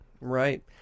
Right